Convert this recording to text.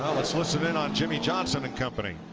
let's listen in on jimmie johnson and company.